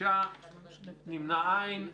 הצבעה בעד, 5 נגד, 6 לא אושרה.